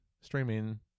streaming